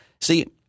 See